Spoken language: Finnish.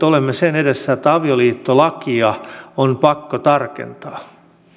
olemme sen edessä että avioliittolakia on pakko tarkentaa